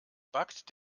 backt